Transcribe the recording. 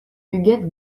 huguette